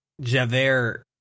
Javert